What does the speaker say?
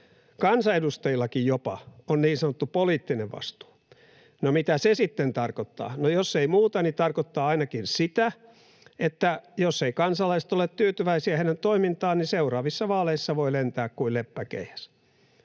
kansanedustajillakin on niin sanottu poliittinen vastuu. No, mitä se sitten tarkoittaa? No, jos ei muuta, niin ainakin sitä, että jos kansalaiset eivät ole tyytyväisiä heidän toimintaansa, niin seuraavissa vaaleissa voi lentää kuin leppäkeihäs.